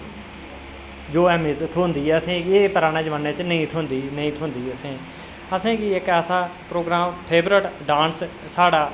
जो ऐह्मयत थ्होंदी ऐ असेंगी एह् परानै जमानै च नेईं थ्होंदी ही नेईं थ्होंदी ही असेंगी असेंगी इक ऐसा प्रोग्राम फेवरट डांस साढ़ा